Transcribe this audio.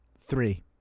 Three